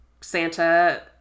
Santa